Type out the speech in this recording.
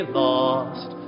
lost